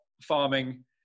farming